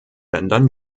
ländern